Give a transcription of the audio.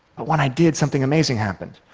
but when i did, something amazing happened.